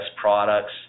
products